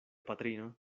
patrino